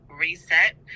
reset